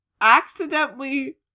accidentally